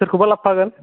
सोरखौबा लाबोफागोन